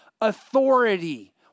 authority